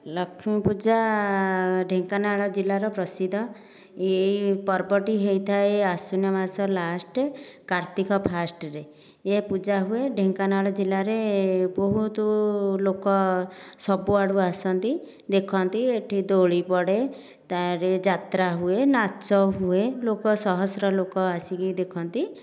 ଲକ୍ଷ୍ମୀ ପୂଜା ଢେଙ୍କାନାଳ ଜିଲ୍ଲାର ପ୍ରସିଦ୍ଧ ଏହି ପର୍ବଟି ହୋଇଥାଏ ଆଶ୍ୱିନ ମାସ ଲାଷ୍ଟ କାର୍ତ୍ତିକ ଫାଷ୍ଟରେ ଏ ପୂଜା ହୁଏ ଢେଙ୍କାନାଳ ଜିଲ୍ଲାରେ ବହୁତ ଲୋକ ସବୁଆଡ଼ୁ ଆସନ୍ତି ଦେଖନ୍ତି ଏଠି ଦୋଳି ପଡ଼େ ତା'ପରେ ଯାତ୍ରା ହୁଏ ନାଚ ହୁଏ ଲୋକ ଶହସ୍ର ଲୋକ ଆସିକି ଦେଖନ୍ତି